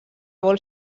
vol